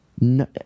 No